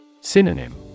Synonym